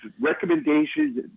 recommendations